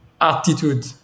attitude